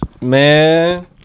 man